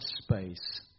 space